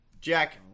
Jack